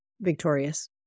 victorious